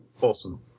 Awesome